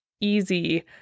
easy